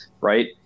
right